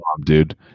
Dude